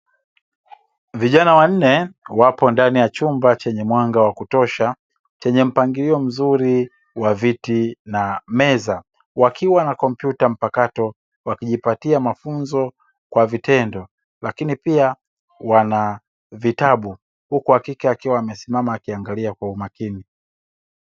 Vijana wanne wapo ndani ya chumba chenye mwanga wa kutosha chenye mpangilio mzuri wa viti na meza. Wakiwa na kompyuta mpakato wakijipatia mafunzo kwa vitendo lakini pia wana vitabu huku wa kike akiwa amesimama akiangalia kwa umakini.